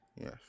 Yes